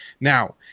Now